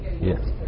yes